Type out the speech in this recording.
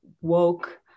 woke